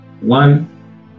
one